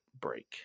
break